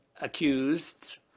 accused